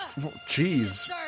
jeez